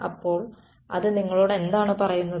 അപ്പോൾ അത് നിങ്ങളോട് എന്താണ് പറയുന്നത്